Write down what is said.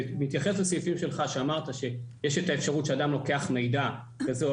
בהתייחס לסעיפים שאמרת שיש את האפשרות שאדם לוקח מידע כזה או